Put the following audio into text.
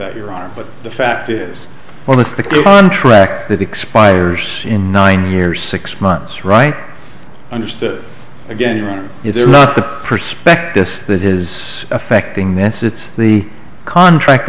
that your arm but the fact is one of the contract that expires in nine years six months right understood again or is there not the prospectus that is affecting this it's the contract